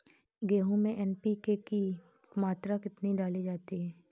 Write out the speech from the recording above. गेहूँ में एन.पी.के की मात्रा कितनी डाली जाती है?